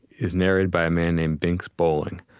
it's narrated by a man named binx bolling.